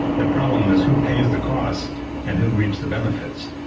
the problem is who pays the cost and who reaps the benefits?